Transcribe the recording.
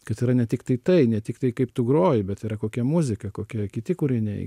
kad yra ne tiktai tai ne tiktai kaip tu groji bet yra kokia muzika kokie kiti kūriniai